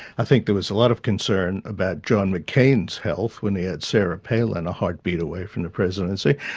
i think there was a lot of concern about john mccain's health when he had sarah palin a heartbeat away from the presidency.